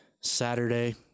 Saturday